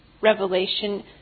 Revelation